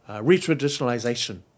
re-traditionalization